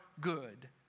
good